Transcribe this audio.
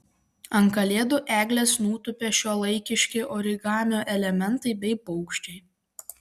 ant kalėdų eglės nutūpė šiuolaikiški origamio elementai bei paukščiai